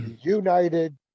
United